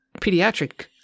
pediatric